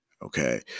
Okay